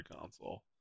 console